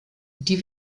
die